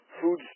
food